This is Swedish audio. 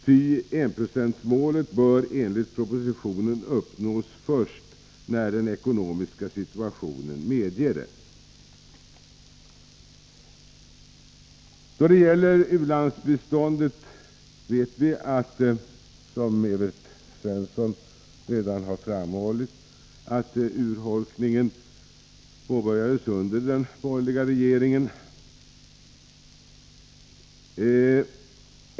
Ty enprocentsmålet bör enligt propositionen uppnås först när den ekonomiska situationen medger det. Då det gäller u-landsbiståndet vet vi, som Evert Svensson redan har framhållit, att urholkningen påbörjades under den borgerliga regeringens tid.